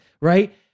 right